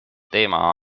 teema